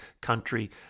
country